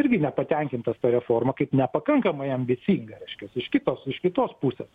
irgi nepatenkintas ta reforma kaip nepakankamai ambicinga reiškiasi iš kitos iš kitos pusės